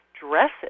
dresses